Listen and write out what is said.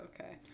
okay